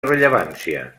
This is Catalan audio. rellevància